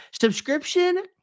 Subscription